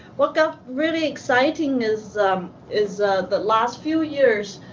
what got really exciting is is the last few years,